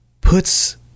puts